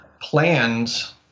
plans